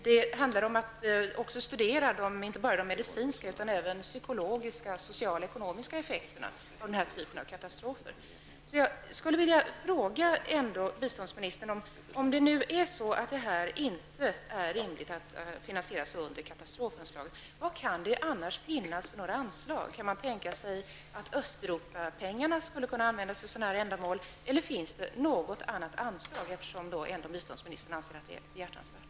Det handlar om att studera inte bara de medicinska utan även de psykologiska, sociala och ekonomiska effekterna vid denna typ av katastrofer. Om det inte är rimligt att finansiera detta under katastrofanslaget, biståndsministern, vad finns det annars för anslag? Kan man tänka sig att pengarna för Östeuropa kan användas för sådana ändamål? Finns det något annat anslag, eftersom biståndsministern tycker att detta är behjärtansvärt?